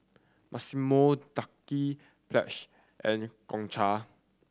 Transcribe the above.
Massimo Dutti Pledge and Gongcha